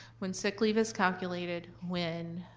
when sick leave is calculated, when